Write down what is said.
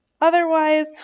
Otherwise